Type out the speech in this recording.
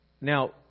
Now